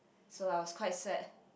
so I was quite sad